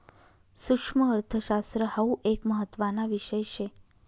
सुक्ष्मअर्थशास्त्र हाउ एक महत्त्वाना विषय शे